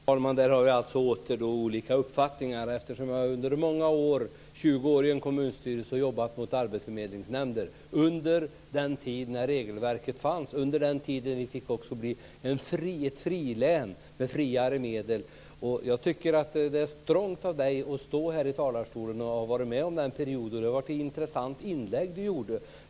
Fru talman! På den punkten har vi alltså olika uppfattningar. Jag har under 20 år i en kommunstyrelse arbetat med arbetsförmedlingsnämnder. Under den tid som regelverket fanns fick vårt län bli ett frilän med friare medelsanvändning. Jag tycker att det är strongt av Carlinge Wisberg att från talarstolen redovisa att han har varit med under den här perioden, och det var ett intressant inlägg som han gjorde.